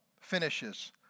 finishes